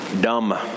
dumb